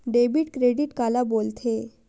Debit credit काला बोल थे?